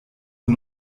nur